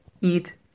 eat